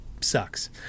sucks